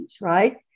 right